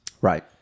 right